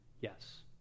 yes